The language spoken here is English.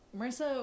Marissa